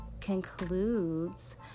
concludes